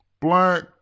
Black